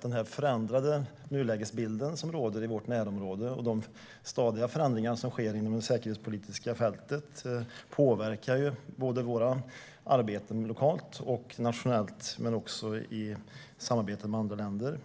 Den förändrade nulägesbilden i vårt närområde och de stadiga förändringarna inom det säkerhetspolitiska fältet påverkar våra arbeten lokalt och nationellt men också våra samarbeten med andra länder.